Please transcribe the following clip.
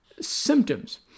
symptoms